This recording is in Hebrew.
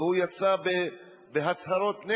הוא יצא בהצהרות נגד.